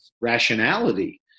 rationality